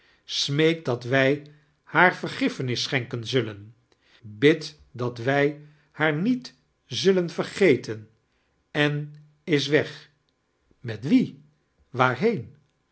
dat wij haar vergiffenis echenken zullen bidt dat wij haar niet zullen vetgeten en is weg met wien waarheen